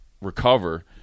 recover